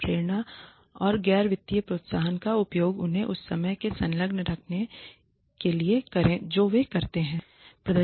प्रेरणा और गैर वित्तीय प्रोत्साहन का उपयोग उन्हें उस काम में संलग्न रखने के लिए करें जो वे करते हैं